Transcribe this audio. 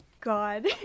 God